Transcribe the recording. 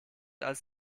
als